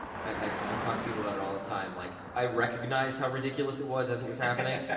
i talk to people about it all the time. like, i recognized how ridiculous it was as it was happening.